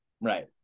right